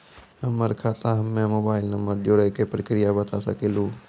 हमर खाता हम्मे मोबाइल नंबर जोड़े के प्रक्रिया बता सकें लू?